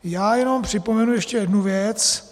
Já jenom připomenu ještě jednu věc.